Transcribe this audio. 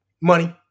Money